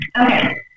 Okay